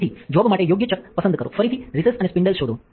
તેથી જોબ માટે યોગ્ય ચક પસંદ કરો ફરીથી રીસેસ અને સ્પિન્ડલ શોધો